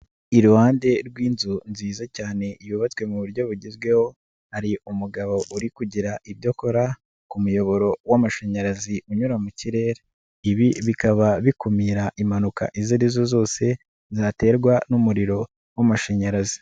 Iruhande rw'inzu nziza cyane yubatswe mu buryo bugezweho, hari umugabo uri kugira ibyo akora ku muyoboro w'amashanyarazi unyura mu kirere. Ibi bikaba bikumira impanuka izo arizo zose, zaterwa n'umuriro w'amashanyarazi.